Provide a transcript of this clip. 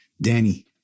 Danny